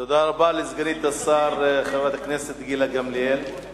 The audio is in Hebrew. תודה רבה לסגנית השר, חברת הכנסת גילה גמליאל.